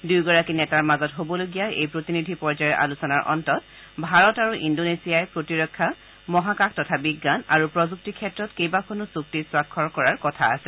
দুয়োগৰাকী নেতাৰ মাজত হ'বলগীয়া এই প্ৰতিনিধি পৰ্যায়ৰ আলোচনাৰ অন্তত ভাৰত আৰু ইণ্ডোনেছিয়াই প্ৰতিৰক্ষা মহাকাশ তথা বিজ্ঞান আৰু প্ৰযুক্তি ক্ষেত্ৰত কেইবাখনো চুক্তিত স্বাক্ষৰ কৰাৰ কথা আছে